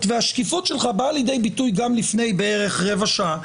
והשקיפות שלך באה לידי ביטוי גם לפני בערך רבע שעה,